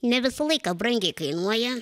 ne visą laiką brangiai kainuoja